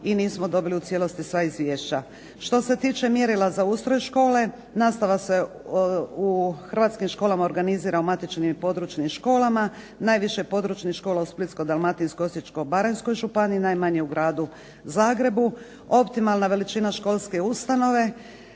i nismo dobili u cijelosti sva izvješća. Što se tiče mjerila za ustroj škole, nastava se u hrvatskim školama organizira u matičnim i područnim školama. Najviše područnih škola je u Splitsko-dalmatinskoj, Osječko-baranjskoj županiji, najmanje u Gradu Zagrebu. Optimalna veličina školske ustanove.